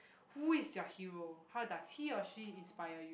who is your hero how does he or she inspire you